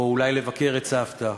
או אולי לבקר את סבתא.